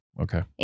Okay